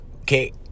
okay